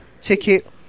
ticket